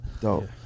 Dope